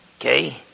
Okay